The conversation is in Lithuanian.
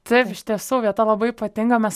taip iš tiesų vieta labai ypatinga mes